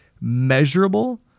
measurable